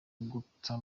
guta